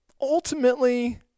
ultimately